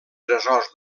tresors